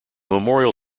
memorial